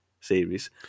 series